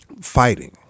fighting